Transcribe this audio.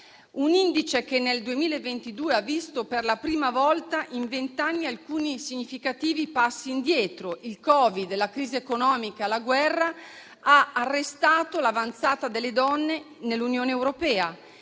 indice nel 2022 ha visto per la prima volta in vent'anni alcuni significativi passi indietro: il Covid, la crisi economica e la guerra hanno arrestato l'avanzata delle donne nell'Unione europea,